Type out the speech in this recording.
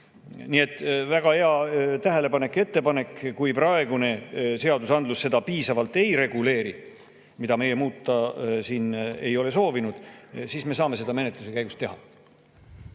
Väga hea tähelepanek ja ettepanek. Kui praegune seadusandlus seda piisavalt ei reguleeri, mida meie muuta siin ei ole soovinud, siis me saame seda menetluse käigus teha.